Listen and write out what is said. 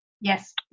Yes